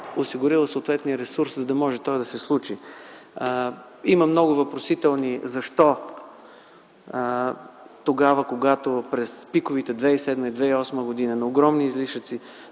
осигурила съответния ресурс, за да може то да се случи. Има много въпросителни защо тогава, когато през пиковите 2007 и 2008 г., при огромни излишъци